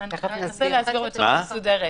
אני אנסה להסביר בצורה מסודרת.